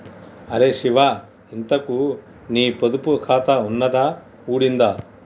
అరే శివా, ఇంతకూ నీ పొదుపు ఖాతా ఉన్నదా ఊడిందా